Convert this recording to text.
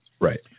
right